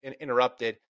interrupted